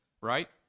Right